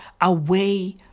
away